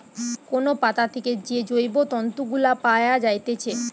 কোন পাতা থেকে যে জৈব তন্তু গুলা পায়া যাইতেছে